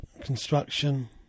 construction